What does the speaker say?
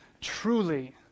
truly